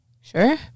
sure